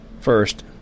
First